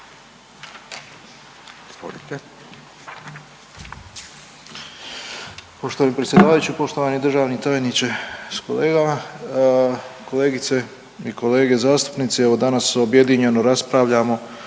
Poštovani predsjedavajući, poštovani državni tajniče s kolegama. Kolegice i kolege zastupnici, evo danas objedinjeno raspravljamo